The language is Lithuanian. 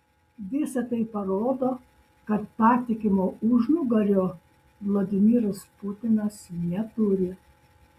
visa tai parodo kad patikimo užnugario vladimiras putinas neturi